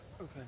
Okay